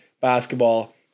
basketball